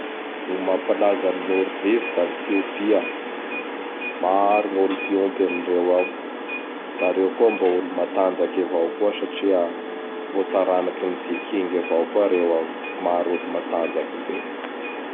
Gny mampalaza n Norvezy da gn fiompia. Maro gn olo mpiompy amindreo ao. Da reo koa mbô olo matanjaky avao koa satria mbô taranaky ny Viking avao koa reo ao io. Maro olo matanjaky be.